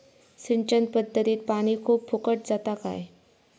सिंचन पध्दतीत पानी खूप फुकट जाता काय?